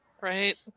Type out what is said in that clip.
Right